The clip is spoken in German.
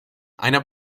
einer